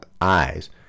eyes